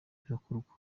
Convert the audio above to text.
birakorwa